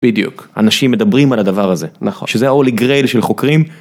בדיוק. אנשים מדברים על הדבר הזה נכון שזה holy grail של חוקרים.